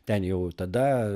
ten jau tada